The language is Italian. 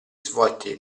svolti